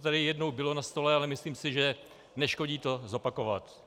Už to tady jednou bylo na stole, ale myslím si, že neškodí to zopakovat.